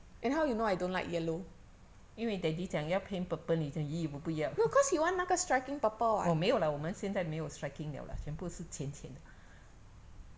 因为 daddy 讲要 paint purple 你讲 !ee! 我不要哦没有啦我们现在没有 striking 了啦全部都是浅浅的